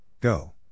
Go